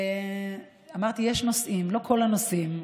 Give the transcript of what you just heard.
אמרתי "יש נושאים", לא כל הנושאים.